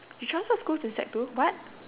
you transfer school to sec two what